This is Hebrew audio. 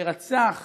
שרצח